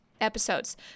episodes